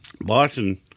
Boston